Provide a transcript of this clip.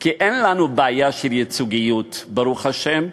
כי אין לנו בעיה של ייצוגיות, ברוך השם.